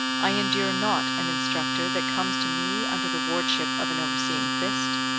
i endure not an instructor that comes to me under the wardship of an overseeing fist.